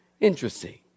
Interesting